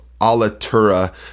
Alatura